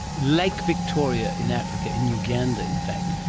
lake victoria in africa, in uganda in fact,